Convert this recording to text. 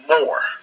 more